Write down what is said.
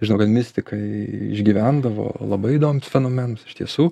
žinau kad mistikai išgyvendavo labai įdomius fenomenus iš tiesų